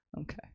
okay